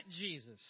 Jesus